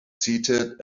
seated